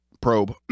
probe